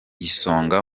isonga